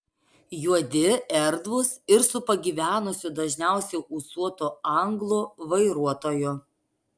juodi erdvūs ir su pagyvenusiu dažniausiai ūsuotu anglu vairuotoju